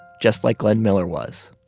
just like glenn miller was.